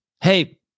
Hey